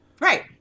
Right